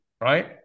right